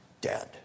dead